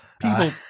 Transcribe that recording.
People